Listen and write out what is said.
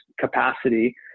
capacity